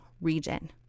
region